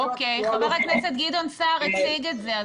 חבר הכנסת גדעון סער הציג את זה,